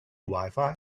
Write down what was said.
wifi